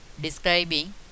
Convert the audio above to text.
Describing